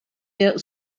der